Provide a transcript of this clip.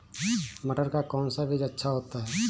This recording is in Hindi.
मटर का कौन सा बीज अच्छा होता हैं?